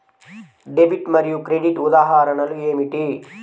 Debit మరియు credit ఉదాహరణలు ఏమిటీ?